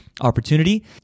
opportunity